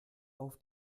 auf